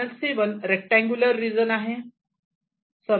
channel C1 rectangular region आहे